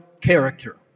character